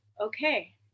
Okay